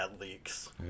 leaks